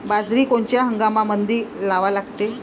बाजरी कोनच्या हंगामामंदी लावा लागते?